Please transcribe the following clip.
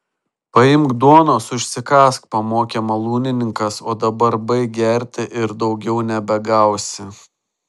paimk duonos užsikąsk pamokė malūnininkas o dabar baik gerti ir daugiau nebegausi